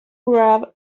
grab